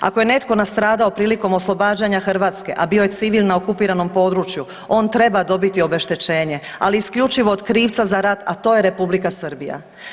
Ako je netko nastradao prilikom oslobađanja Hrvatske, a bio je civil na okupiranom području on treba dobiti obeštećenje ali isključivo od krivca za rat, a to je Republika Srbija.